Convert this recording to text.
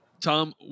Tom